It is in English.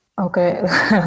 Okay